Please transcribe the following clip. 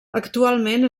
actualment